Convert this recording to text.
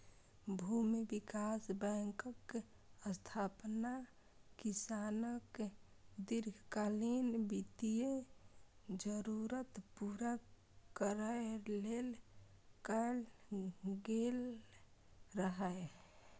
भूमि विकास बैंकक स्थापना किसानक दीर्घकालीन वित्तीय जरूरत पूरा करै लेल कैल गेल रहै